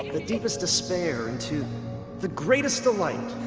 the deepest despair into the greatest delight.